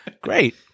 Great